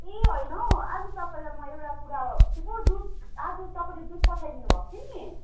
ए होइन हौ आज म तपाईँलाई एउटा कुरा के पो दुध आज तपाईँले दुध पठाइदिनुभएको थियो नि